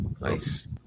Nice